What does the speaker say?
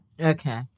Okay